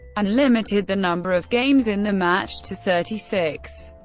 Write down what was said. and limited the number of games in the match to thirty six.